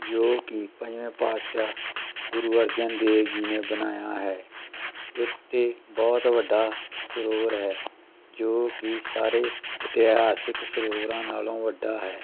ਜੋ ਕਿ ਪੰਜਵੇਂ ਪਾਤਸ਼ਾਹ ਗੁਰੂ ਅਰਜਨ ਦੇਵ ਜੀ ਨੇ ਬਣਾਇਆ ਹੈ ਇੱਥੇ ਬਹੁਤ ਵੱਡਾ ਸਰੋਵਰ ਹੈ ਜੋ ਕਿ ਸਾਰੇ ਇਤਿਹਾਸਿਕ ਸਰੋਵਰਾਂ ਨਾਲੋਂ ਵੱਡਾ ਹੈ